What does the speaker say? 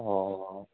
অঁ